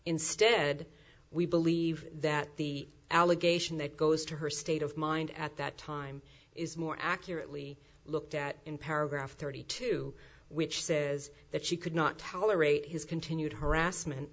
instead we believe that the allegation that goes to her state of mind at that time is more accurately looked at in paragraph thirty two which says that she could not tolerate his continued harassment